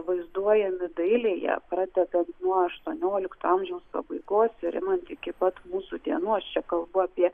vaizduojami dailėje pradedant nuo aštuoniolikto amžiaus pabaigos ir imant iki pat mūsų dienų aš čia kalbu apie